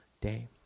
day